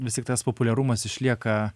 vis tik tas populiarumas išlieka